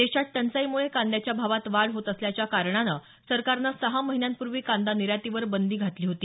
देशात टंचाईमुळे कांद्याच्या भावात वाढ होत असल्याच्या कारणानं सरकारनं सहा महिन्यापूर्वी कांदा निर्यातीवर बंदी घातली होती